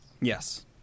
yes